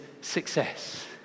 success